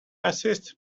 assist